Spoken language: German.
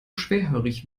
schwerhörig